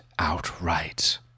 outright